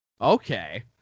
Okay